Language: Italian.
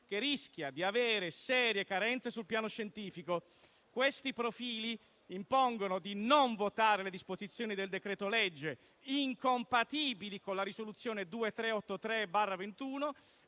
che rischia di avere serie carenze sul piano scientifico. Questi profili impongono di non votare le disposizioni del decreto-legge, incompatibili con la risoluzione n. 2383